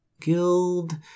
guild